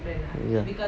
ya